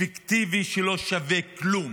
פיקטיבי שלא שווה כלום.